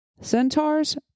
Centaurs